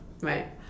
right